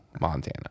Montana